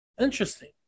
Interesting